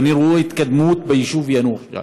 ואני רואה התקדמות ביישוב יאנוח-ג'ת.